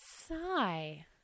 Sigh